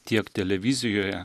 tiek televizijoje